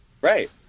Right